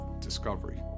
discovery